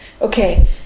Okay